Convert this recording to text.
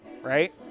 right